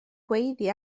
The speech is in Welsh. gweiddi